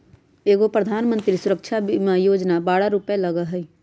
एगो प्रधानमंत्री सुरक्षा बीमा योजना है बारह रु लगहई?